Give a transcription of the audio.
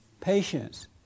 Patience